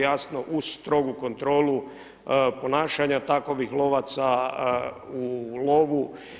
Jasno uz strogu kontrolu ponašanja takovih lovaca u lovu.